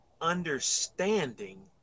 understanding